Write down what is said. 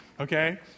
okay